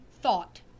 thought